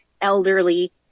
elderly